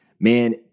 Man